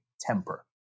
temper